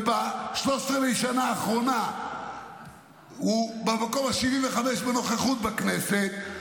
וב-13 שנה האחרונות הוא במקום ה-75 בנוכחות בכנסת,